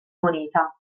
moneta